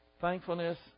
thankfulness